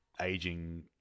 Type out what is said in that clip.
aging